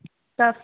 तत्